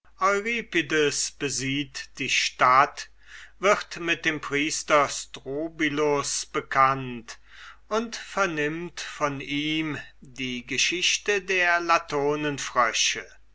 die stadt wird mit dem priester strobylus bekannt und vernimmt von ihm die geschichte der